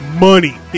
money